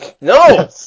No